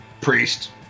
priest